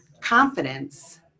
confidence